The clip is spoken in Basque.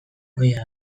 ohia